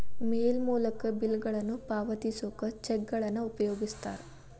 ಮೇಲ್ ಮೂಲಕ ಬಿಲ್ಗಳನ್ನ ಪಾವತಿಸೋಕ ಚೆಕ್ಗಳನ್ನ ಉಪಯೋಗಿಸ್ತಾರ